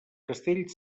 castell